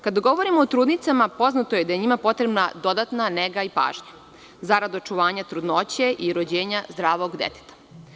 Kada govorimo o trudnicama poznato je da je njima potrebna dodatna nega i pažnja, zarad očuvanja trudnoće i rođenja zdravog deteta.